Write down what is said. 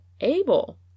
able